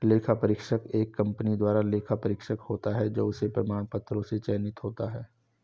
लेखा परीक्षक एक कंपनी द्वारा लेखा परीक्षक होता है जो उसके प्रमाण पत्रों से चयनित होता है